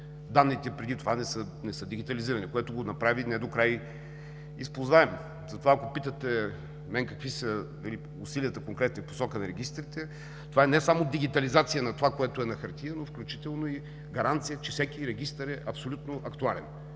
Данните преди това не са дигитализирани, което ги направи не докрай използваеми. Затова, ако питате мен какви са били усилията конкретно и в посока на регистрите, то е не само дигитализация на това, което е на хартия, но включително и гаранция, че всеки регистър е абсолютно актуален.